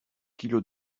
kilo